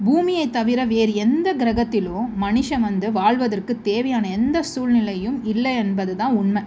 பூமியை தவிர வேறு எந்த கிரகத்திலும் மனுஷன் வந்து வாழ்வதற்கு தேவையான எந்த சூழ்நிலையும் இல்லை என்பதுதான் உண்மை